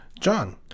John